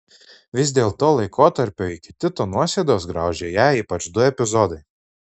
vis dėlto laikotarpio iki tito nuosėdos graužė ją ypač du epizodai